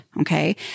Okay